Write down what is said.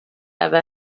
ever